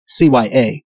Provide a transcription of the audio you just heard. CYA